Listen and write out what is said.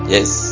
Yes